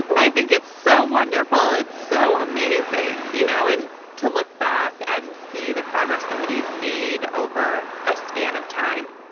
i think it's so wonderful. it's so amazing. you know and to look back and see the progress somebody made over a span of time,